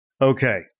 Okay